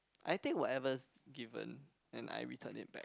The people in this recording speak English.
I think whatever's given and I return it back